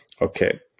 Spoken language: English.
Okay